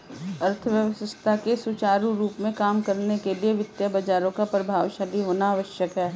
अर्थव्यवस्था के सुचारू रूप से काम करने के लिए वित्तीय बाजारों का प्रभावशाली होना आवश्यक है